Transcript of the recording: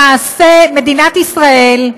למעשה, מדינת ישראל,